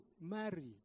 marry